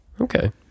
Okay